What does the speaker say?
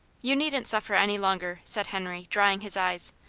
you needn't suffer any longer, said henry drying his eyes.